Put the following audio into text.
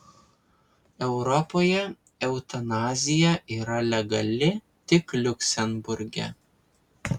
europoje eutanazija yra legali tik liuksemburge